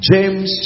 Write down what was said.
James